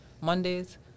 Mondays